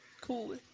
Cool